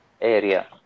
area